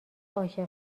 عاشق